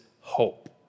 hope